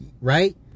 right